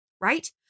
right